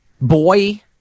boy